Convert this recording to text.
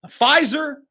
Pfizer